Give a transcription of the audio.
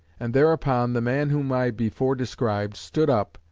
and thereupon the man, whom i before described, stood up,